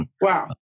Wow